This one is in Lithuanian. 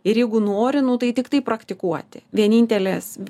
ir jeigu nori nu tai tiktai praktikuoti vienintelės